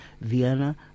Vienna